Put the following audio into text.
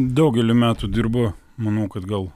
daugelį metų dirbo manau kad gal